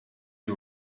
you